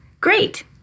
great